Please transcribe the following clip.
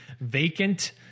vacant